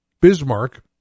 Bismarck